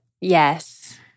Yes